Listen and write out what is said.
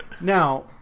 now